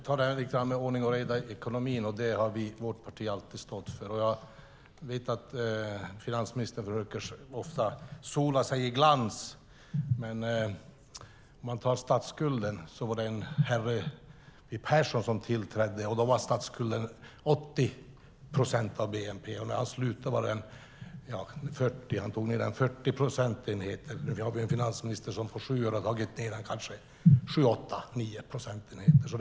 Herr talman! Vårt parti har alltid stått för ordning och reda i ekonomin. Jag vet att finansministern ofta försöker sola sig i glansen av detta. När en herre vid namn Persson tillträdde var statsskulden 80 procent av bnp. När han slutade var den 40 procent. Han tog ned statsskulden 40 procentenheter. Nu har vi en finansminister som på sju år har tagit ned den kanske 7, 8 eller 9 procentenheter.